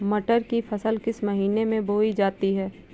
मटर की फसल किस महीने में बोई जाती है?